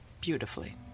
beautifully